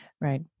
Right